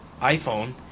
iPhone